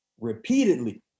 repeatedly